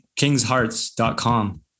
kingshearts.com